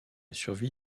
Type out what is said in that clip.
survie